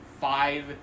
five